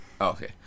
Okay